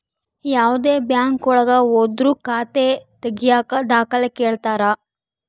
ಯಾವ್ದೇ ಬ್ಯಾಂಕ್ ಒಳಗ ಹೋದ್ರು ಖಾತೆ ತಾಗಿಯಕ ದಾಖಲೆ ಕೇಳ್ತಾರಾ